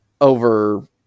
Over